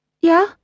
Yeah